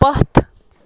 پتھ